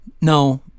No